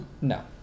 No